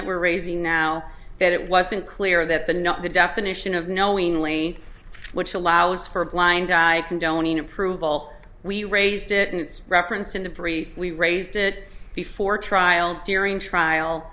that we're raising now that it wasn't clear that the not the definition of knowingly which allows for blind condoning approval we raised it and it's referenced in the brief we raised it before trial during trial